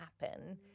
happen